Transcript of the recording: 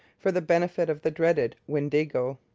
for the benefit of the dreaded windigo.